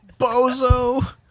Bozo